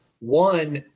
One